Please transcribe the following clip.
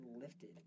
lifted